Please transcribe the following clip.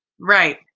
Right